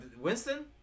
Winston